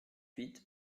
huit